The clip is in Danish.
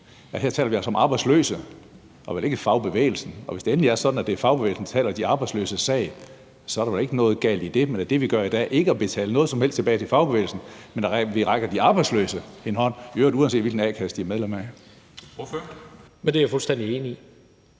her taler om de arbejdsløse og vel ikke om fagbevægelsen, og hvis det endelig er sådan, at det er fagbevægelsen, der taler de arbejdsløses sag, så er der jo da ikke noget galt i det. Men er det, som vi gør i dag, ikke, at vi ikke betaler noget som helst tilbage til fagbevægelsen, men at vi rækker de arbejdsløse en hånd, i øvrigt uanset hvilken a-kasse de er medlem af? Kl. 14:06 Formanden